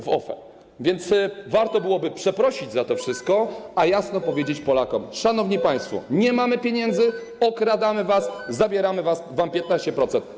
Więc warto byłoby przeprosić za to wszystko, a jasno powiedzieć Polakom: Szanowni państwo, nie mamy pieniędzy, okradamy was, zabieramy wam 15%.